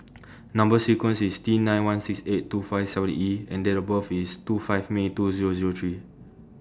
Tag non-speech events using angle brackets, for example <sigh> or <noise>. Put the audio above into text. <noise> Number sequence IS T nine one six eight two five seven E and Date of birth IS two five May two Zero Zero three